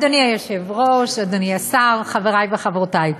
אדוני היושב-ראש, אדוני השר, חברי וחברותי,